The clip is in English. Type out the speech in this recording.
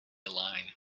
line